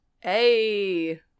Hey